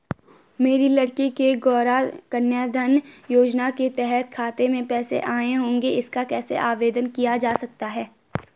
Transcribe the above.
मेरी लड़की के गौंरा कन्याधन योजना के तहत खाते में पैसे आए होंगे इसका कैसे आवेदन किया जा सकता है?